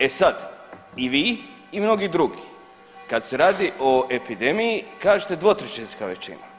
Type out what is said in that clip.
E sad i vi i mnogi drugi kad se radi o epidemiji kažete dvotrećinska većina.